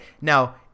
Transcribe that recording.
Now